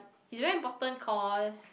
he's very important cause